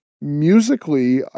musically